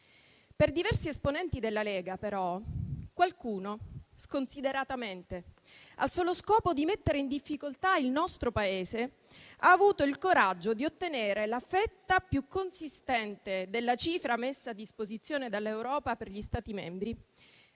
Per diversi esponenti della Lega, però, qualcuno, sconsideratamente, al solo scopo di mettere in difficoltà il nostro Paese, ha avuto il coraggio di ottenere la fetta più consistente della cifra messa a disposizione dall'Europa per gli Stati membri